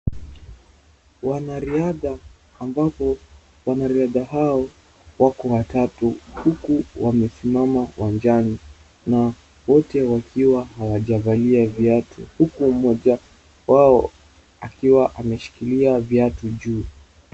Wanariadha ambapo wanariadha hao wako watatu huku wamesimama uwanjani na wote wakiwa hawajavalia viatu huku mmoja wao akiwa ameshikilia viatu juu.